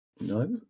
No